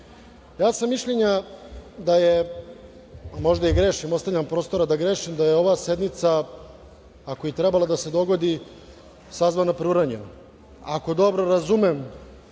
Osim mišljenja da je, možda i grešim, ostavljam prostora da grešim, da je ova sednica ako je i trebalo da se dogodi, sazvana preuranjeno. Ako dobro razumem